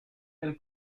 del